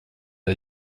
der